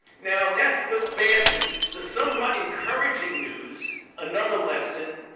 now, that's the bad news. the somewhat encouraging news, another lesson,